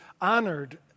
honored